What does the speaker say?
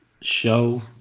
show